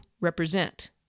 represent